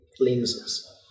lenses